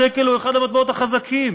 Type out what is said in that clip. השקל הוא אחד המטבעות החזקים.